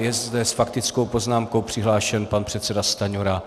Je zde s faktickou poznámkou přihlášen pan předseda Stanjura.